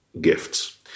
gifts